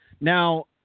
Now